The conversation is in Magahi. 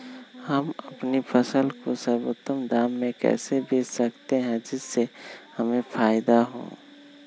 हम अपनी फसल को सर्वोत्तम दाम में कैसे बेच सकते हैं जिससे हमें फायदा हो?